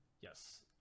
Yes